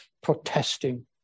protesting